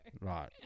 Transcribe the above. Right